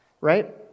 right